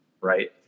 right